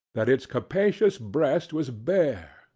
that its capacious breast was bare,